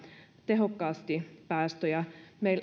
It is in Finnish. tehokkaasti päästöjä